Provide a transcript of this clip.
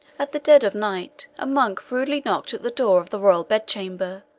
at the dead of night, a monk rudely knocked at the door of the royal bed-chamber,